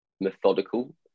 methodical